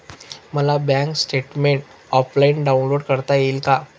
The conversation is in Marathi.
मला बँक स्टेटमेन्ट ऑफलाईन डाउनलोड करता येईल का?